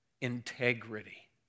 integrity